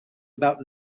about